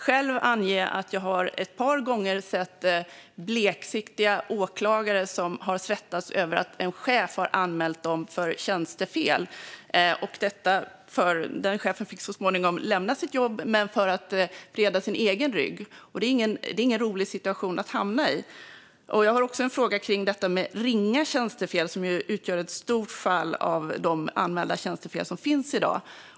Själv har jag ett par gånger sett bleksiktiga åklagare svettas över att en chef har anmält dem för tjänstefel för att skydda sin egen rygg. Den chefen fick så småningom lämna sitt jobb, men det är ingen rolig situation att hamna i. Jag har också en fråga om detta med ringa tjänstefel, som utgör en stor andel av de tjänstefel som anmäls i dag.